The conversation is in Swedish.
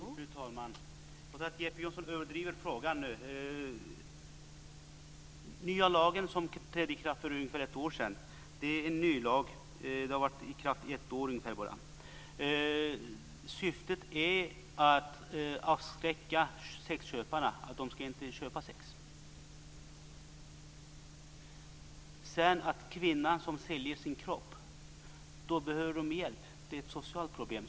Fru talman! Jeppe Johnsson överdriver nu. Den nya lagen trädde i kraft för ungefär ett år sedan. Syftet är att avskräcka sexköparna från att köpa sex. Den kvinna som säljer sin kropp behöver hjälp. Det här är ett socialt problem.